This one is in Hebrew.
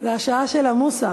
זה השעה של המוסר.